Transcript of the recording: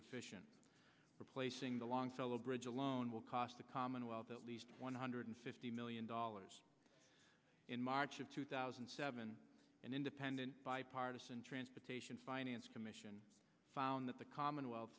deficient replacing the longfellow bridge alone will cost the commonwealth at least one hundred fifty million dollars in march of two thousand and seven an independent bipartisan transportation finance commission found that the commonwealth